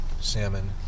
salmon